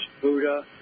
Buddha